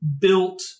built